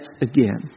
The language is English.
again